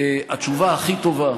התשובה הכי טובה,